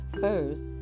First